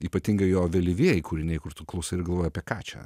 ypatingai jo vėlyvieji kūriniai kur tu klausai ir galvoj apie ką čia